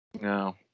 No